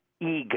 ego